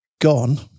gone